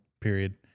Period